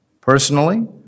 Personally